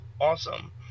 awesome